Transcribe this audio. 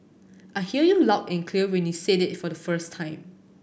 I heard you loud and clear when you said it the first time